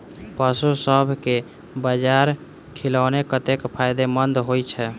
पशुसभ केँ बाजरा खिलानै कतेक फायदेमंद होइ छै?